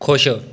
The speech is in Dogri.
खुश